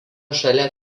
šalia